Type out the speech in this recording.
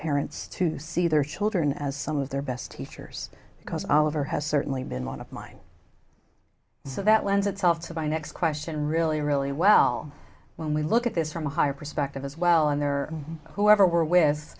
parents to see their children as some of their best teachers because oliver has certainly been one of my so that lends itself to my next question really really well when we look at this from a higher perspective as well and there whoever were with